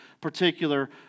particular